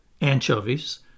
anchovies